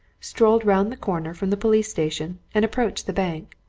strolled round the corner from the police-station and approached the bank.